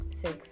Six